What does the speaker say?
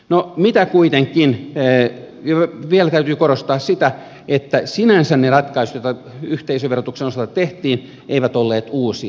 no mitä kuitenkin ne eivät vielä täytyy korostaa sitä että sinänsä ne ratkaisut joita yhteisöverotuksen osalta tehtiin eivät olleet uusia